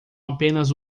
apenas